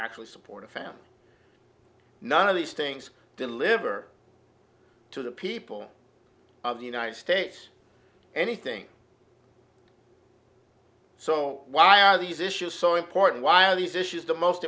actually support a family none of these things deliver to the people of the united states anything so why are these issues so important while these issues the most